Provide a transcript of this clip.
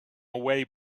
away